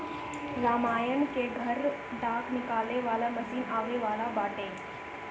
रामनारायण के घरे डाँठ निकाले वाला मशीन आवे वाला बाटे